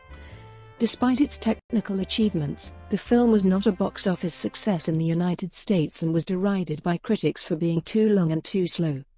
despite its technical achievements, the film was not a box office success in the united states and was derided by critics for being too long and too slow.